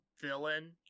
villain